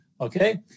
Okay